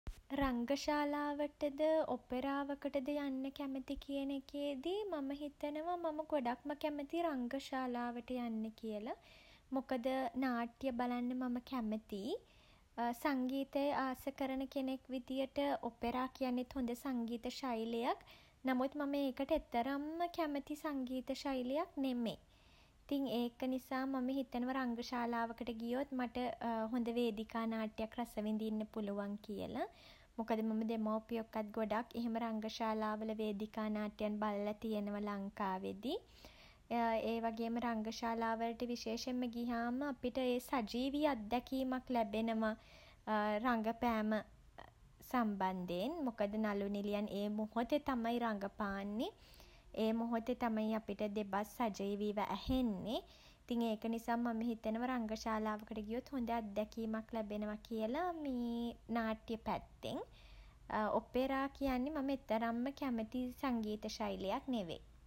රංග ශාලාවකට ද ඔපෙරාවට ද යන්න කැමති කියන එකේදී මම හිතනවා මම ගොඩක්ම කැමති රංග ශාලාවට යන්න කියල. මොකද නාට්ට්‍යය බලන්න මම කැමතියි. සංගීතය ආස කරන කෙනෙක් විදියට ඔපෙරා කියන්නෙත් හොඳ සංගීත ශෛලියක්. නමුත් මම ඒකට එතරම්ම කැමැති සංගීත ශෛලියක් නෙමේ. ඉතින් ඒක නිසා මම හිතනව රංග ශාලාවකට ගියොත් මට හොඳ වේදිකා නාට්ට්‍යක් රස විඳින්න පුළුවන් කියල. මොකද මම දෙමව්පියො එක්කත් ගොඩක් එහෙම රංග ශාලාවල වේදිකා නාට්‍යයත් බලලා තියෙනවා ලංකාවේදී. ඒ වගේම රංග ශාලාවලට විශේෂයෙන්ම ගිහාම අපිට ඒ සජීවී අත්දැකීමක් ලැබෙනවා. රඟපෑම සම්බන්ධයෙන්. මොකද නළු නිළියන් ඒ මොහොතේ තමයි රඟපාන්නේ. ඒ මොහොතේ තමයි අපිට දෙබස් සජීවීව ඇහෙන්නෙ. ඉතින් ඒක නිසා මම හිතනව රංග ශාලාවකට ගියොත් හොඳ අත්දැකීමක් ලැබෙනවා කියලා මේ නාට්ට්‍යය පැත්තෙන්. ඔපෙරා කියන්නේ මම එතරම්ම කැමැති සංගීත ශෛලියක් නෙවෙයි.